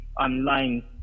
online